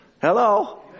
Hello